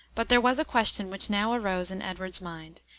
but there was a question which now arose in edward's mind,